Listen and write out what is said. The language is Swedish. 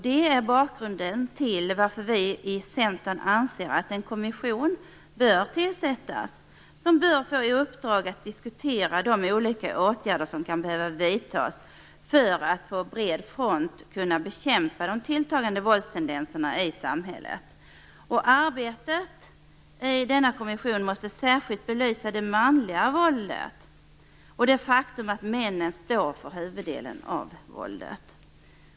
Det är bakgrunden till att vi i Centern anser att en kommission bör tillsättas och få i uppdrag att diskutera de olika åtgärder som kan behöva vidtas för att på bred front kunna bekämpa de tilltagande våldstendenserna i samhället. Arbetet i denna kommission måste särskilt belysa det manliga våldet och det faktum att männen står för huvuddelen av våldet.